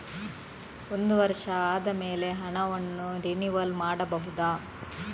ಒಂದು ವರ್ಷ ಆದಮೇಲೆ ಹಣವನ್ನು ರಿನಿವಲ್ ಮಾಡಬಹುದ?